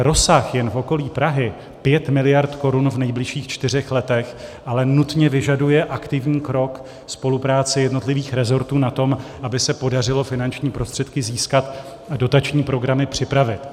Rozsah jen v okolí Prahy 5 miliard korun v nejbližších čtyřech letech ale nutně vyžaduje aktivní krok, spolupráci jednotlivých resortů na tom, aby se podařilo finanční prostředky získat a dotační programy připravit.